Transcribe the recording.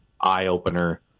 eye-opener